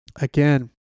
again